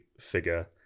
figure